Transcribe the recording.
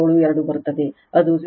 72 ಬರುತ್ತದೆ ಅದು 0